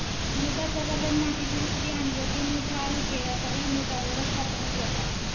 मृदा संवर्धन, माती दुरुस्ती आणि योग्य मृदा आरोग्य ह्या सगळा मृदा व्यवस्थापनेत येता